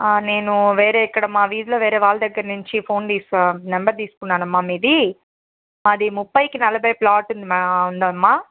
నేను వేరే ఇక్కడ మా వీధిలో వేరే వాళ్ళ దగ్గర నుంచి ఫోన్ నెంబర్ తీసుకున్నానమ్మా మీది మాది ముప్పైకి నలభై ప్లాట్ ఉందమ్మా